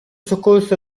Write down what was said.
soccorso